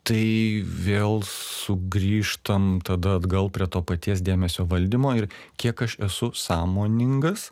tai vėl sugrįžtam tada atgal prie to paties dėmesio valdymo ir kiek aš esu sąmoningas